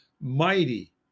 mighty